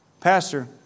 Pastor